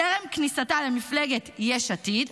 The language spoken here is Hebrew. טרם כניסתה למפלגת יש עתיד,